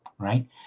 right